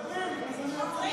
בקיצור, רק מדברים, אז אני גם אדבר.